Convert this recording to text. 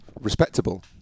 respectable